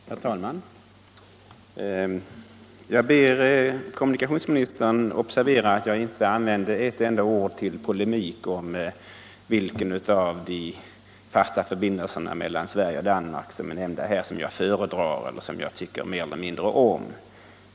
Herr talman! Jag ber kommunikationsministern observera att jag inte använde ett enda ord till polemik om vilken av de fasta förbindelserna mellan Sverige och Danmark som jag föredrar eller tycker mer eller mindre om.